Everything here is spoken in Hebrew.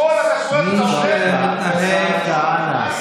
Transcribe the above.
כל הכשרויות שאתה אוכל הן ביזנסים.